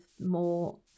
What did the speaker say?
more